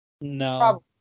no